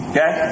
Okay